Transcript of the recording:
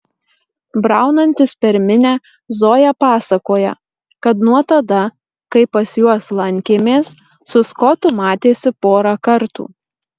braunantis per minią zoja pasakoja kad nuo tada kai pas juos lankėmės su skotu matėsi porą kartų